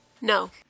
No